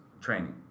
training